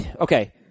Okay